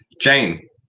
jane